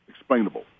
explainable